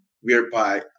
Whereby